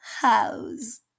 house